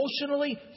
Emotionally